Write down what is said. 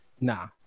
nah